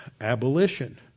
abolition